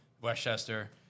Westchester